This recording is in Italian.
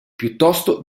piuttosto